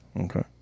Okay